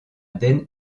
den